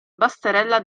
basterella